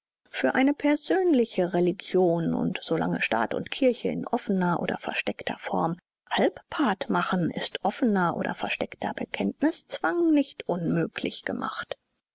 für eine persönliche religion und so lange staat und kirche in offener oder versteckter form halbpart machen ist offener oder versteckter bekenntniszwang nicht unmöglich gemacht